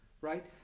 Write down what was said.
right